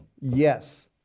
yes